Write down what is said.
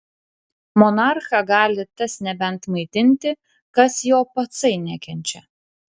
monarchą gali tas nebent maitinti kas jo patsai nekenčia